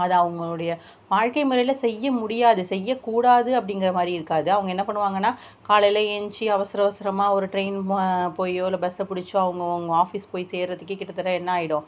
அது அவங்களுடைய வாழ்க்கை முறையில் செய்ய முடியாது செய்யக்கூடாது அப்படிங்கிற மாதிரி இருக்காது அவங்க என்ன பண்ணுவாங்கன்னால் காலையிலே எழுந்துச்சி அவசர அவசரமாக ஒரு டிரெயின் போயோ இல்லை பஸ்ஸை பிடிச்சோ அவுங்கவங்க ஆஃபிஸ் போய் சேர்கிறத்துக்கே கிட்டத்தட்ட என்னாகிடும்